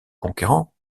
conquérant